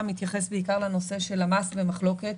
מתייחס בעיקר לנושא של המס במחלוקת,